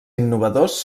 innovadors